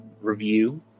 review